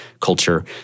culture